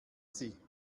sie